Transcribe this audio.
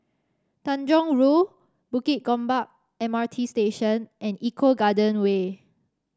Tanjong Rhu Bukit Gombak M R T Station and Eco Garden Way